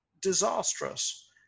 disastrous